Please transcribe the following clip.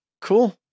Cool